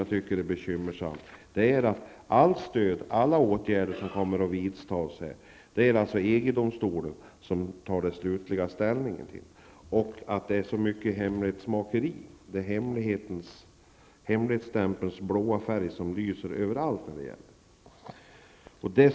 En annan sak som är bekymmersam är att det i fråga om alla stödåtgärder som kommer att vidtas är EG-domstolen som slutligt tar ställning. Det är också fråga om väldigt mycket hemlighetsmakeri kring detta. Hemlighetsstämpelns blå färg lyser överallt i detta sammanhang.